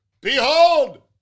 Behold